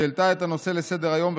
שהעלתה את הנושא על סדר-היום,